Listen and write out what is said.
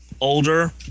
older –